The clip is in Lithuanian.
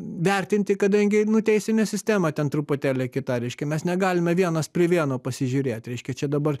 vertinti kadangi nu teisinė sistema ten truputėlį kitą reiškia mes negalime vienas prie vieno pasižiūrėt reiškia čia dabar